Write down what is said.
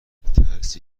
ترسی